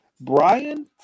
Brian